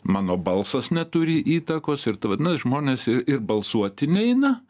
mano balsas neturi įtakos ir tai vadinas žmonės ir balsuoti neina